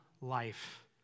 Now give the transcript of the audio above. life